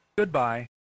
goodbye